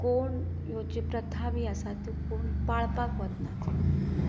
कोण ह्यो ज्यो प्रथा बी आसा त्यो पाळपाक वचनात